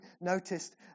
noticed